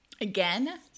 Again